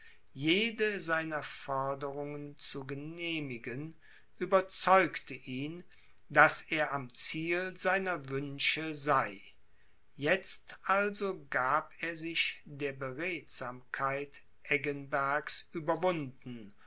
jede seiner forderungen zu genehmigen überzeugte ihn daß er am ziel seiner wünsche sei jetzt also gab er sich der beredsamkeit eggenbergs überwunden